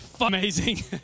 amazing